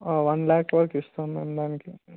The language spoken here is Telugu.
వన్ ల్యాక్ వరకు ఇస్తాము దానికి